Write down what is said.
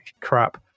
crap